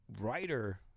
writer